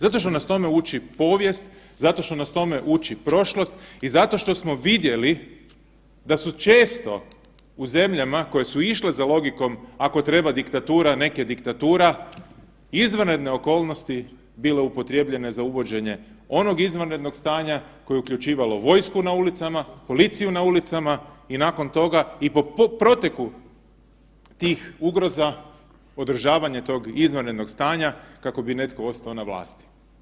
Zato što nas tome uči povijest, zato što nas tome uči prošlost i zato što smo vidjeli da su često u zemljama koje su išle za logikom ako treba diktatura nek je diktatura, izvanredne okolnosti bile upotrijebljene za uvođenje onog izvanrednog stanja koje je uključivalo vojsku na ulicama, policiju na ulicama i nakon toga i po proteku tih ugroza održavanje tog izvanrednog stanja kako bi netko ostao na vlasti.